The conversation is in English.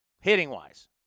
hitting-wise